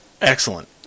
Excellent